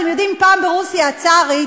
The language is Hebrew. אתם יודעים, פעם, ברוסיה הצארית,